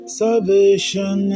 salvation